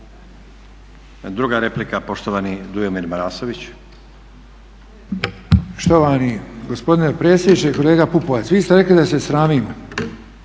Druga replika, poštovani Boro Grubišić.